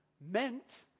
meant